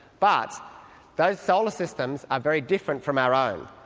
but those solar systems are very different from our um